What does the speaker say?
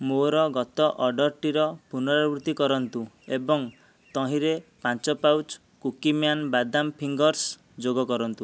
ମୋର ଗତ ଅର୍ଡ଼ର୍ଟିର ପୁନରାବୃତ୍ତି କରନ୍ତୁ ଏବଂ ତହିଁରେ ପାଞ୍ଚ ପାଉଚ୍ କୁକୀମ୍ୟାନ ବାଦାମ ଫିଙ୍ଗର୍ସ୍ ଯୋଗ କରନ୍ତୁ